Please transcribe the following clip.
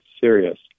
serious